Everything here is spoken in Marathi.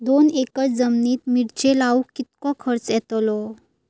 दोन एकर जमिनीत मिरचे लाऊक कितको खर्च यातलो?